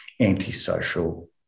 antisocial